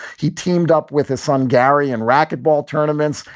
he teamed up with his son gary and racquetball tournaments,